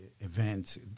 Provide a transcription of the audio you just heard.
events